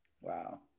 Wow